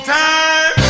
time